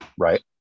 right